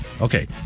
Okay